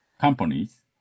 companies